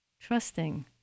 Trusting